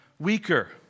weaker